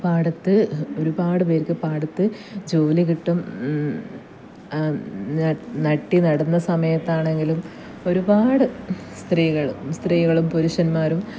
പാടത്ത് ഒരുപാട് പേർക്ക് പാടത്ത് ജോലി കിട്ടും നട്ടി നടുന്ന സമയത്താണെങ്കിലും ഒരുപാട് സ്ത്രീകൾ സ്ത്രീകളും പുരുഷന്മാരും